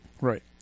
Right